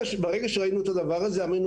ברגע שראינו את הדבר הזה אמרנו